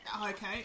Okay